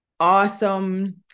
Awesome